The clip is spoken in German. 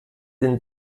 den